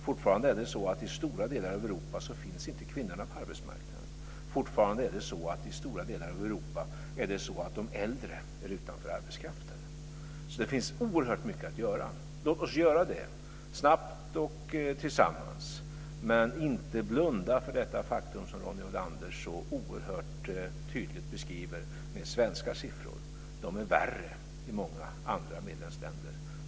Fortfarande är det så att i stora delar av Europa finns inte kvinnorna på arbetsmarknaden. Fortfarande är det så att i stora delar av Europa står de äldre utanför arbetskraften. Det finns oerhört mycket att göra. Låt oss göra det, snabbt och tillsammans, men inte blunda för det faktum som Ronny Olander så oerhört tydligt beskriver med svenska siffror. De är värre i många andra medlemsländer.